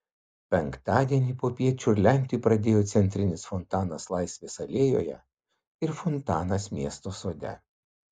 penktadienį popiet čiurlenti pradėjo centrinis fontanas laisvės alėjoje ir fontanas miesto sode